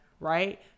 right